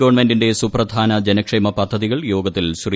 ഗവൺമെന്റിന്റെ സുപ്രധാന ജനക്ഷേമ പദ്ധതികൾ യോഗത്തിൽ ശ്രീ